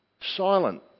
silent